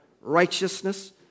righteousness